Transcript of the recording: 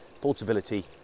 portability